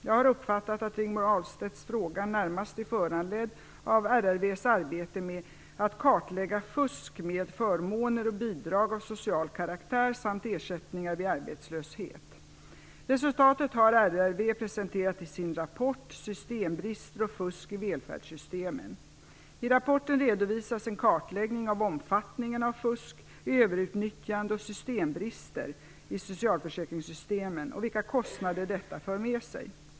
Jag har uppfattat att Rigmor Ahlstedts fråga närmast är föranledd av RRV:s arbete med att kartlägga fusk med förmåner och bidrag av social karaktär samt ersättningar vid arbetslöshet. Resultatet har RRV presenterat i sin rapport FUSK - systembrister och fusk i välfärdssystemen. I rapporten redovisas en kartläggning av omfattningen av fusk, överutnyttjande och systembrister i socialförsäkringssystemen och vilka kostnader detta för med sig.